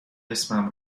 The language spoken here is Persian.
اسمم